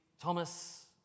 Thomas